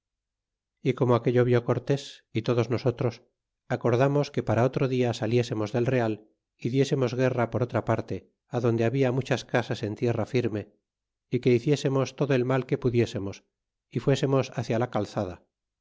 y como aquello vió cortés y todos nosotros acordamos que para otro dia saliésemos del real y diésemos guerra por otra parte adonde habla muchas casas en tierra firme y que hiciésemos todo el mal que pudiésemos y fuésemos hácia la calzada